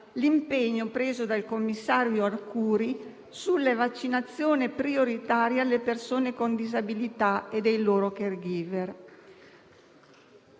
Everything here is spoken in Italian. l'impegno preso dal commissario Arcuri sulle vaccinazioni prioritarie alle persone con disabilità e ai loro *caregiver.*